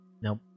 Nope